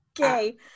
Okay